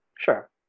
sure